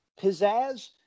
Pizzazz